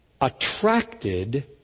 attracted